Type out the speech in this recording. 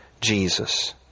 Jesus